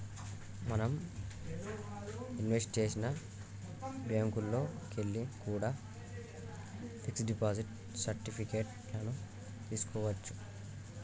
మనం ఇన్వెస్ట్ చేసిన బ్యేంకుల్లోకెల్లి కూడా పిక్స్ డిపాజిట్ సర్టిఫికెట్ లను తీస్కోవచ్చు